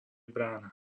brána